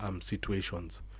Situations